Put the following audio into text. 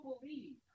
believe